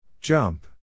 Jump